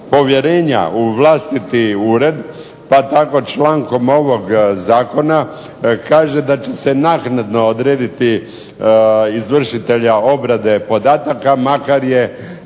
u vlastiti ured, pa tako člankom ovog zakona kaže da će se naknadno odrediti izvršitelja obrade podataka makar je